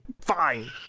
Fine